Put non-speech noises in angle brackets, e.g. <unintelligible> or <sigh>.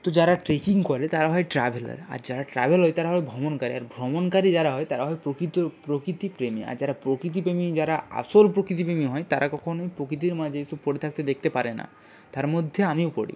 তো যারা ট্রেকিং করে তারা হয় ট্রাভেলার আর যারা ট্রাভেল <unintelligible> তারা হয় ভ্রমণকারী আর ভ্রমণকারী যারা হয় তারা হয় প্রকৃত প্রকৃতিপ্রেমী আর যারা প্রকৃতিপ্রেমী যারা আসল প্রকৃতিপ্রেমী হয় তারা কখনোই প্রকৃতির মাঝে এই সব পড়ে থাকতে দেখতে পারে না তার মধ্যে আমিও পড়ি